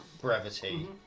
brevity